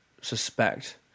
suspect